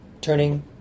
turning